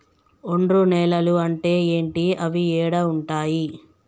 ఒండ్రు నేలలు అంటే ఏంటి? అవి ఏడ ఉంటాయి?